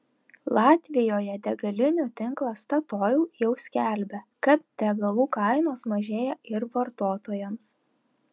latvijoje degalinių tinklas statoil jau skelbia kad degalų kainos mažėja ir vartotojams